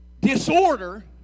Disorder